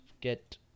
get